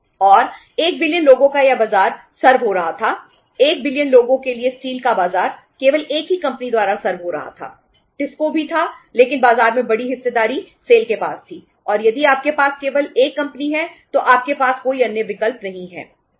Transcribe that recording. और 1 बिलियन के पास थी और यदि आपके पास केवल 1 कंपनी है तो आपके पास कोई अन्य विकल्प नहीं है